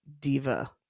diva